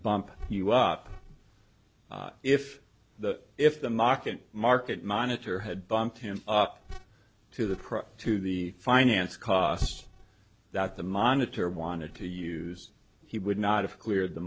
bump you up if the if the market market monitor had bumped him up to the price to the finance costs that the monitor wanted to use he would not have cleared the